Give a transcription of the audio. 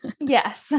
Yes